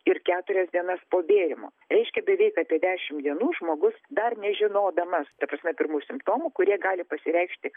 ir keturias dienas po bėrimo reiškia beveik apie dešim dienų žmogus dar nežinodamas ta prasme pirmųjų simptomų kurie gali pasireikšti